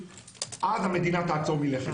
אז המדינה תעצור מלכת.